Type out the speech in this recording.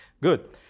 Good